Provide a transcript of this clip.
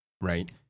right